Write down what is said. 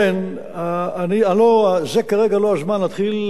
זה כרגע לא הזמן להתחיל לשים בדיוק את,